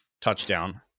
touchdown